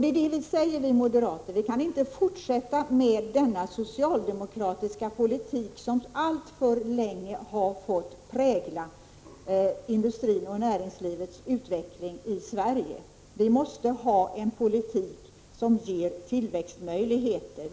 Det är det vi moderater säger: Vi kan inte fortsätta med denna socialdemokratiska politik, som alltför länge har fått prägla industrins och näringslivets utveckling i vårt land. Vi måste ha en politik som ger tillväxtmöjligheter.